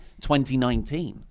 2019